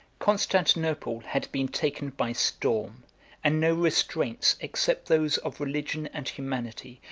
constantinople had been taken by storm and no restraints, except those of religion and humanity,